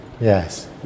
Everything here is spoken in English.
Yes